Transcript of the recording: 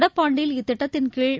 நடப்பாண்டில் இத்திட்டத்தின்கீழ்